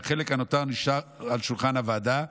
והחלק הנותר נשאר על שולחן הוועדה,